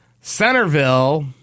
Centerville